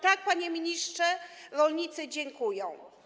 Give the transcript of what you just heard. Tak, panie ministrze, rolnicy dziękują.